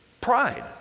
Pride